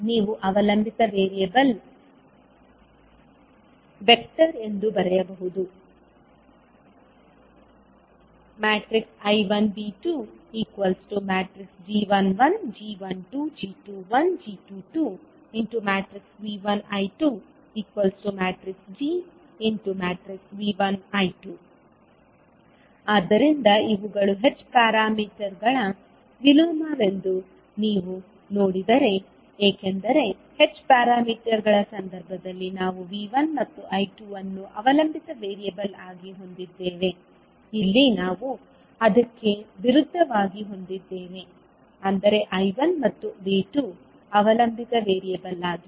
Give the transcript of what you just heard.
ನೀವು ಅವಲಂಬಿತ ವೇರಿಯಬಲ್ ವೆಕ್ಟರ್ಎಂದು ಬರೆಯಬಹುದು I1 V2 g11 g12 g21 g22 V1 I2 gV1 I2 ಆದ್ದರಿಂದ ಇವುಗಳು h ಪ್ಯಾರಾಮೀಟರ್ಗಳ ವಿಲೋಮವೆಂದು ನೀವು ನೋಡಿದರೆ ಏಕೆಂದರೆ h ಪ್ಯಾರಾಮೀಟರ್ಗಳ ಸಂದರ್ಭದಲ್ಲಿ ನಾವು V1 ಮತ್ತು I2 ಅನ್ನು ಅವಲಂಬಿತ ವೇರಿಯಬಲ್ ಆಗಿ ಹೊಂದಿದ್ದೇವೆ ಇಲ್ಲಿ ನಾವು ಅದಕ್ಕೆ ವಿರುದ್ಧವಾಗಿ ಹೊಂದಿದ್ದೇವೆ ಅಂದರೆ I1 ಮತ್ತು V2 ಅವಲಂಬಿತ ವೇರಿಯಬಲ್ ಆಗಿ